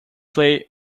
play